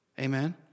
Amen